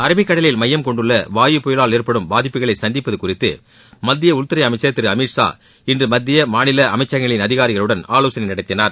Arabic கடலில் மையம் கொண்டுள்ள வாயு புயலால் ஏற்படும் பாதிப்புகளை சந்திப்பது குறித்து மத்திய உள்துறை அமைச்சர் திரு அமித் ஷா இன்று மத்திய மாநில அமைச்சகங்களின் அதிகாரிகளுடன் ஆலோசனை நடத்தினார்